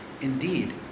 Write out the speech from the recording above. Indeed